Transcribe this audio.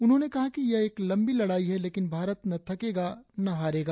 उन्होंने कहा कि यह एक लंबी लड़ाई है लेकिन भारत न थकेगा न हारेगा